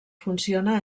funciona